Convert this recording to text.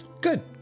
good